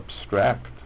abstract